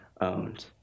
owned